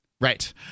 Right